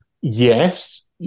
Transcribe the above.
Yes